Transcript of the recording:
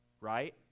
right